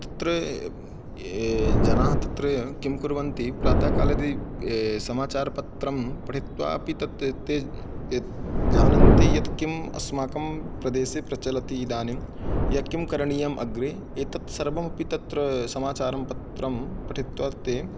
तत्र ये जनाः तत्र किं कुर्वन्ति प्रातः काले यदि समाचारपत्रं पठित्वापि तत् ते ते जानन्ति यत् किम् अस्माकं प्रदेशे प्रचलति इदानीं यत् किं करणीयम् अग्रे एतत्सर्वमपि तत्र समाचारं पत्रं पठित्वा ते